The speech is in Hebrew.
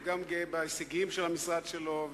הוא גם גאה בהישגים של המשרד שלו,